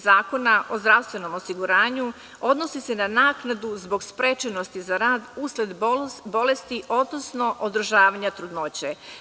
Zakona o zdravstvenom osiguranju odnosi se na naknadu zbog sprečenosti za rad usled bolesti, odnosno održavanja trudnoće.